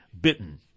Bitten